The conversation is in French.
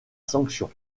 sanction